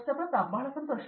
ಪ್ರತಾಪ್ ಹರಿದಾಸ್ ಬಹಳ ಸಂತೋಷ